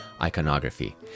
iconography